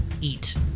eat